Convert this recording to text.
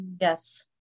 Yes